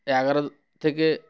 এগারো থেকে